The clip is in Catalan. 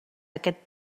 aquest